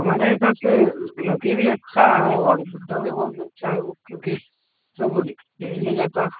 हमारे हिसाब से लक्की भी अच्छा और बुड्ढा भी बहुत अच्छा है वह क्योंकि सब यही ले जाता